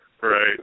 right